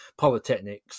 polytechnics